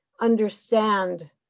understand